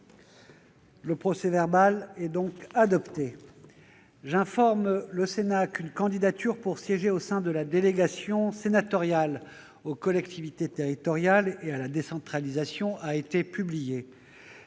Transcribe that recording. Le procès-verbal est adopté. J'informe le Sénat qu'une candidature pour siéger au sein de la délégation sénatoriale aux collectivités territoriales et à la décentralisation a été publiée.